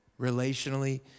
relationally